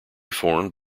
formed